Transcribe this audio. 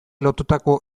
lotutako